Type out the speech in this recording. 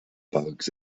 bugs